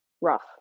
rough